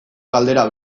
galdera